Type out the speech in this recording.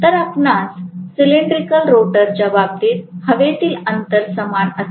तर आपणास सिलेंड्रिकल रोटरच्या बाबतीत हवेतील अंतर समान असेल